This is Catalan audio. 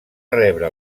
rebre